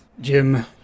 Jim